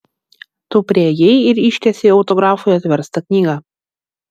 tu priėjai ir ištiesei autografui atverstą knygą